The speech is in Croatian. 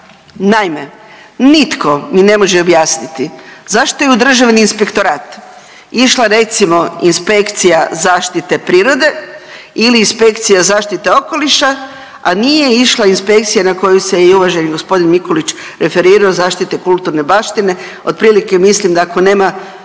Naime, nitko mi ne može objasniti zašto je u Državni inspektorat išla recimo inspekcija zaštite prirode ili inspekcija zaštite okoliša, a nije išla inspekcija na koju se i uvaženi gospodin Mikulić referirao zaštite kulturne baštine otprilike mislim da kako nema